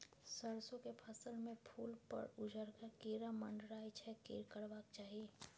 सरसो के फसल में फूल पर उजरका कीरा मंडराय छै की करबाक चाही?